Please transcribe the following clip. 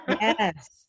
yes